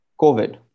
COVID